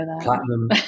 Platinum